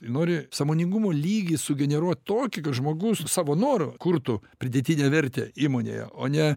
nori sąmoningumo lygį sugeneruot tokį kad žmogus savo noru kurtų pridėtinę vertę įmonėje o ne